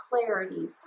clarity